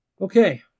okay